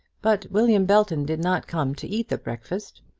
but william belton did not come to eat the breakfast.